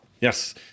Yes